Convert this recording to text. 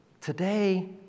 Today